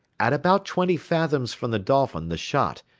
at about twenty fathoms from the dolphin the shot,